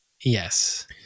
Yes